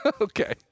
Okay